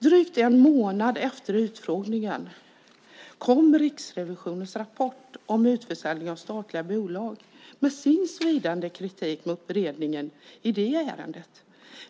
Drygt en månad efter utfrågningen kom Riksrevisionens rapport om utförsäljningen av statliga bolag med svidande kritik mot beredningen av det ärendet.